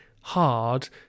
hard